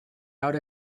out